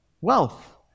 wealth